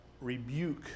rebuke